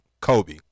Kobe